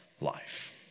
life